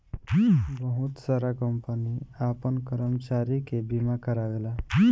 बहुत सारा कंपनी आपन कर्मचारी के बीमा कारावेला